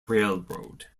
railroad